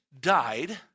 died